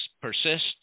persist